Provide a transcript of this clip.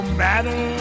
matter